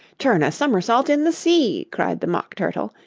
turn a somersault in the sea cried the mock turtle,